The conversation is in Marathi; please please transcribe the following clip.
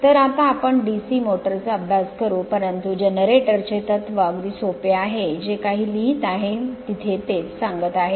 तर आता आपण DC मोटर चा अभ्यास करू परंतु जनरेटर चे तत्व अगदी सोपे आहे जे काही लिहित आहे तिथे तेच सांगत आहे